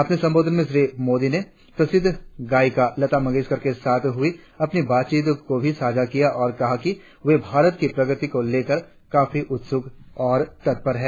अपने संबोधन में श्री मोदी ने प्रसिद्ध गायिका लता मंगेशकर के साथ हुई अपनी बातचीत को भी साझा किया और कहा कि वे भारत की प्रगति को लेकर काफी उत्सुक और तत्पर हैं